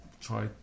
try